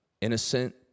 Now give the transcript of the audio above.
innocent